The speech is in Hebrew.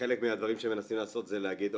שחלק מהדברים שמנסים לעשות זה להגיד,